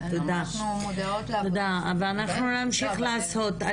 תודה ואנחנו נמשיך לעשות,